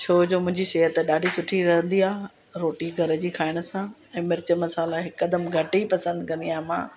छो जो मुंहिंजी सिहत ॾाढी सुठी रहंदी आहे रोटी घर जी खाइण सां ऐं मिर्च मसाला हिकदमि घटि ई पसंदि कंदी आहियां मां